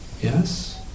Yes